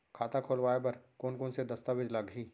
खाता खोलवाय बर कोन कोन से दस्तावेज लागही?